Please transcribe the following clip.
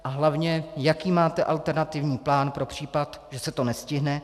A hlavně, jaký máte alternativní plán pro případ, že se to nestihne.